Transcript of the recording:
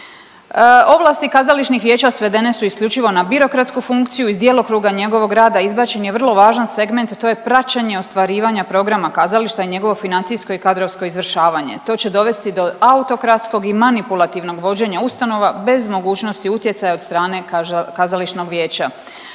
Ovlasti kazališnih vijeća svedene su isključivo na birokratsku funkciju, iz djelokruga njegovog rada izbačen je vrlo važan segment, a to je praćenje ostvarivanja programa kazališta i njegovo financijsko i kadrovsko izvršavanje. To će dovesti do autokratskog i manipulativnog vođenja ustanova bez mogućnosti utjecaja od strane kazališnog vijeća.